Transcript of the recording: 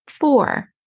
Four